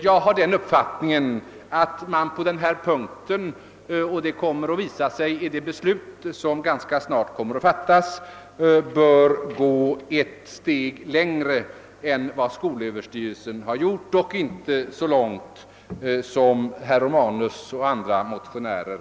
Jag har den uppfattningen att man på denna punkt, och det kommer att visa sig vid det beslut som ganska snart fattas, bör gå ett steg längre än skolöverstyrelsen men inte så långt som herr Romanus och andra motionärer.